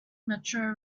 metro